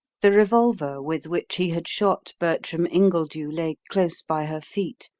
the revolver with which he had shot bertram ingledew lay close by her feet,